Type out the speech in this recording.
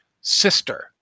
sister